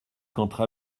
qu’entre